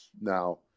Now